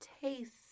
taste